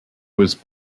was